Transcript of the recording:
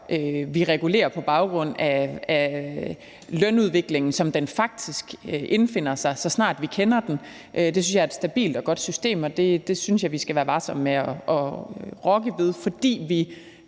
vi regulerer på baggrund af lønudviklingen, som den faktisk indfinder sig, så snart vi kender den. Det synes jeg er et stabilt og godt system, og det synes jeg vi skal være varsomme med at rokke ved, bare fordi vi